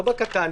לא בקטן,